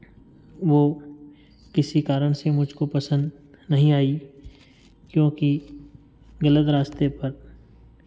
वो किसी कारण से मुझको पसंद नहीं आई क्योंकि गलत रास्ते पर